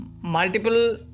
multiple